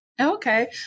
Okay